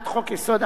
התש"ס